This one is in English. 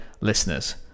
listeners